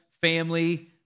family